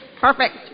Perfect